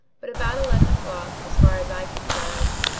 but about eleven o'clock, as far as i can judge,